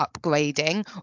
upgrading